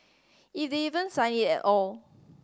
if they even sign it at all